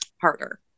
harder